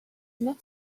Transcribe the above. not